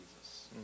Jesus